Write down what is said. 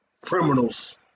criminals